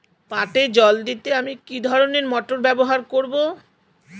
পাটে জল দিতে আমি কি ধরনের মোটর ব্যবহার করব?